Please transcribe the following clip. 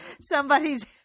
somebody's